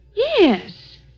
Yes